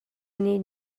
need